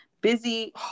Busy